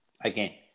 Again